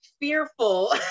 fearful